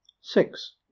six